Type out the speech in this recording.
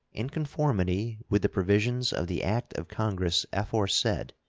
in conformity with the provisions of the act of congress aforesaid,